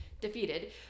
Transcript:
defeated